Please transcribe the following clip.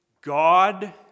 God